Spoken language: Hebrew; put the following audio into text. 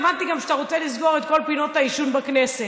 הבנתי גם שאתה רוצה לסגור את כל פינות העישון בכנסת.